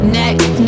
next